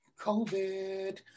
COVID